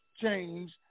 change